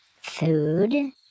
Food